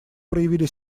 проявили